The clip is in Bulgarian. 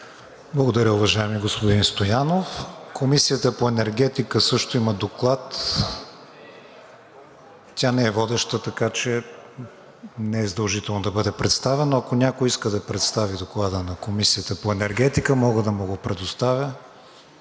Благодаря, уважаеми господин Стоянов. Комисията по енергетика също има Доклад, тя не е водеща, така че не е задължително да бъде представен. Ако някой иска да представи Доклада на Комисията по енергетика, мога да му го предоставя?